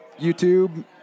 YouTube